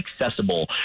accessible